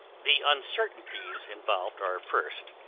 the uncertainties involved are, first,